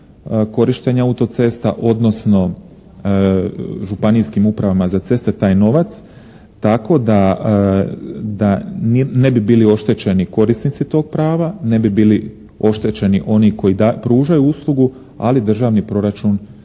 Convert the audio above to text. korištenje autocesta, odnosno Županijskim upravama za ceste taj novac tako da ne bi bili oštećeni korisnici tog prava, ne bi bili oštećeni oni koji pružaju uslugu, ali državni proračun